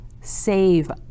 save